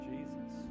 Jesus